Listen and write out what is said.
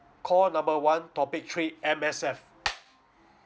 call number one topic three M_S_F